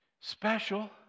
special